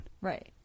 Right